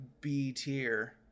B-tier